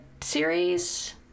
series